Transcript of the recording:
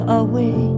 away